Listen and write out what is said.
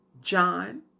John